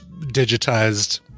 digitized